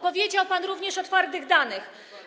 Powiedział pan również o twardych danych.